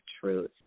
truth